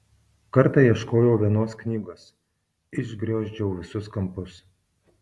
kartą ieškojau vienos knygos išgriozdžiau visus kampus